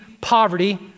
poverty